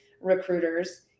recruiters